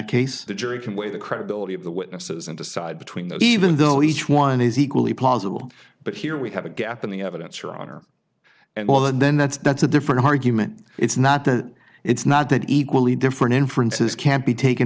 case the jury can weigh the credibility of the witnesses and decide between that even though each one is equally plausible but here we have a gap in the evidence your honor and well then that's that's a different argument it's not that it's not that equally different inferences can be taken